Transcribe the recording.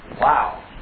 wow